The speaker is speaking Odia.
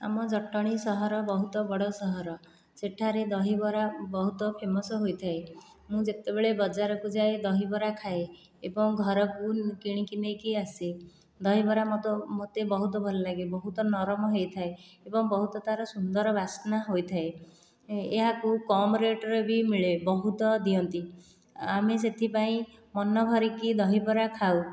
ଆମ ଜଟଣୀ ସହର ବହୁତ ବଡ଼ ସହର ସେଠାରେ ଦହିବରା ବହୁତ ଫେମସ ହୋଇଥାଏ ମୁଁ ଯେତେବେଳେ ବଜାରକୁ ଯାଏ ଦହିବରା ଖାଏ ଏବଂ ଘରକୁ କିଣିକି ନେଇକି ଆସେ ଦହିବରା ମୋତେ ବହୁତ ଭଲ ଲାଗେ ବହୁତ ନରମ ହୋଇଥାଏ ଏବଂ ବହୁତ ତା'ର ସୁନ୍ଦର ବାସ୍ନା ହୋଇଥାଏ ଏହାକୁ କମ୍ ରେଟ୍ ରେ ବି ମିଳେ ବହୁତ ଦିଅନ୍ତି ଆମେ ସେଥିପାଇଁ ମନଭରି ଦହିବରା ଖାଉ